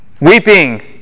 Weeping